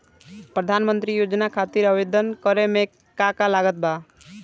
प्रधानमंत्री योजना खातिर आवेदन करे मे का का लागत बा?